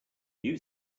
new